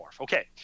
Okay